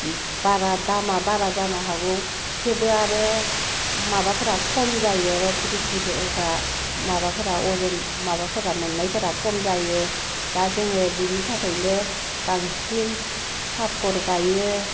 बारा दामा बारा जानो हागौ थेबो आरो माबाफोरा खम जायोर' ब्रिथिफोरा माबाफोरा अजन माबाफोरा मोननायफोरा खम जायो दा जोङो बिनि थाखायनो बांसिन साफर गायो